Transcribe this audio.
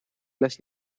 las